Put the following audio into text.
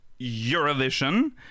Eurovision